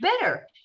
better